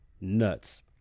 nuts